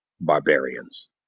barbarians